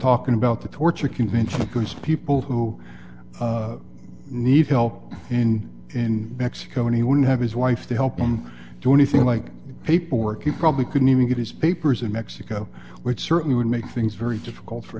talking about the torture convention against people who need help and in mexico and he wouldn't have his wife to help him do anything like paperwork you probably couldn't even get his papers in mexico which certainly would make things very difficult for